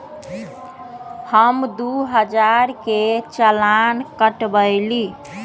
हम दु हजार के चालान कटवयली